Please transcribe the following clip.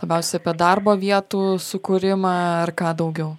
labiausiai apie darbo vietų sukūrimą ar ką daugiau